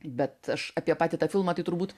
bet aš apie patį tą filmą tai turbūt